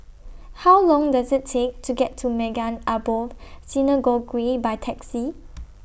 How Long Does IT Take to get to Maghain Aboth Synagogue By Taxi